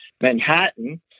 Manhattan